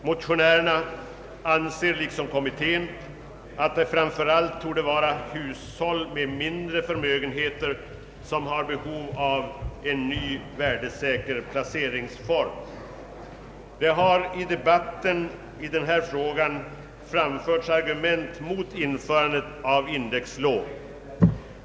Motionärerna anser liksom kommittén att det framför allt torde vara hushåll med mindre förmögenheter som har behov av en ny värdesäker placeringsform. Det har i debatten i denna fråga framförts argument mot införande av indexlån.